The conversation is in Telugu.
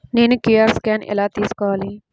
నేను క్యూ.అర్ స్కాన్ ఎలా తీసుకోవాలి?